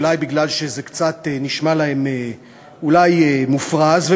אולי כי זה אולי נשמע להם קצת מופרז,